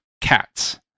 cats